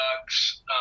Ducks